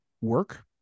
work